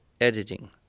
editing